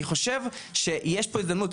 אני חושב שיש פה הזדמנות,